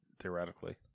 theoretically